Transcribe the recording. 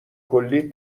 کلی